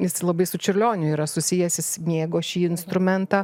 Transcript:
jis labai su čiurlioniu yra susijęs jis mėgo šį instrumentą